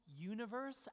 universe